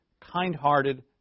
kind-hearted